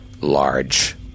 large